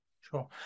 Sure